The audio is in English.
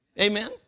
Amen